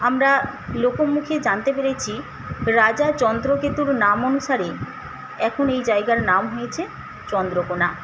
আমরা লোকমুখে জানতে পেরেছি রাজা চন্দ্রকেতুর নাম অনুসারে এখন এই জায়গার নাম হয়েছে চন্দ্রকোনা